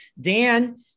Dan